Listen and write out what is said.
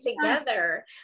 together